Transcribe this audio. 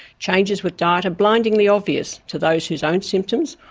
changes with diet are blindingly obvious to those whose own symptoms,